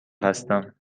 هستم